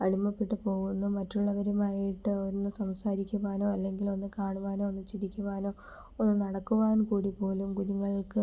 അടിമപ്പെട്ടുപോകുന്നു മറ്റുള്ളവരുമായിട്ട് ഒന്ന് സംസാരിക്കുവാനോ അല്ലെങ്കിലൊന്ന് കാണുവാനോ ഒന്ന് ചിരിക്കുവാനോ ഒന്ന് നടക്കുവാൻ കൂടി പോലും കുഞ്ഞുങ്ങൾക്ക്